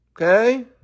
Okay